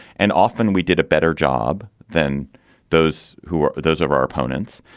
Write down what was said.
and often we did a better job than those who are those of our opponents.